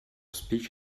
speech